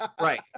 Right